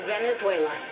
Venezuela